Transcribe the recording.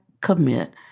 commit